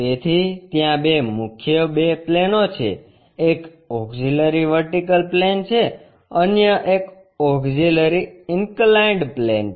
તેથી ત્યાં બે મુખ્ય બે પ્લેનો છે એક ઓક્ષીલરી વર્ટિકલ પ્લેન છે અન્ય એક ઓક્ષીલરી ઇન્કલાઈન્ડ પ્લેન છે